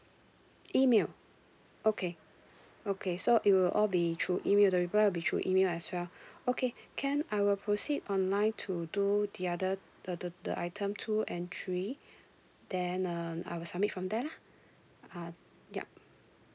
email okay okay so it will all be through email the reply will be through email as well okay can I will proceed online to do the other the the the item two entry then uh I will submit from there lah uh yup